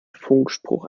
funkspruch